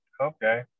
Okay